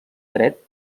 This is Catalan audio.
dret